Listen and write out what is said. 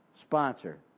sponsor